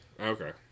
Okay